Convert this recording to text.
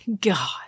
God